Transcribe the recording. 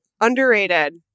Underrated